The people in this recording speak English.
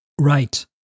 Right